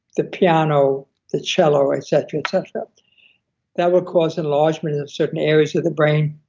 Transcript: the piano the cello, etc, etc. that will cause enlargement of certain areas of the brain,